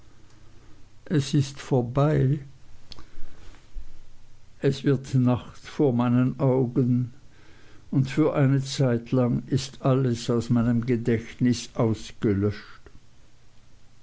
es ist vorbei es wird nacht vor meinen augen und für eine zeitlang ist alles aus meinem gedächtnis ausgelöscht